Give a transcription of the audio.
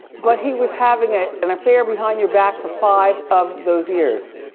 but he was having ah an affair behind your back for five of those years?